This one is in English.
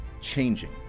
changing